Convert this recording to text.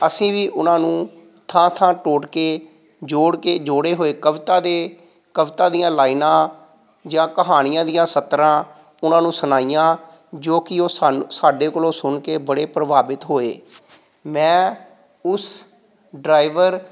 ਅਸੀਂ ਵੀ ਉਹਨਾਂ ਨੂੰ ਥਾਂ ਥਾਂ ਟੋਟਕੇ ਜੋੜ ਕੇ ਜੋੜੇ ਹੋਏ ਕਵਿਤਾ ਦੇ ਕਵਿਤਾ ਦੀਆਂ ਲਾਈਨਾਂ ਜਾਂ ਕਹਾਣੀਆਂ ਦੀਆਂ ਸਤਰਾਂ ਉਹਨਾਂ ਨੂੰ ਸੁਣਾਈਆਂ ਜੋ ਕਿ ਉਹ ਸਾਨੂੰ ਸਾਡੇ ਕੋਲੋਂ ਸੁਣ ਕੇ ਬੜੇ ਪ੍ਰਭਾਵਿਤ ਹੋਏ ਮੈਂ ਉਸ ਡਰਾਈਵਰ